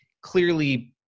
clearly